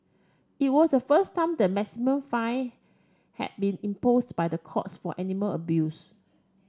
it was the first time the maximum fine had been imposed by the courts for animal abuse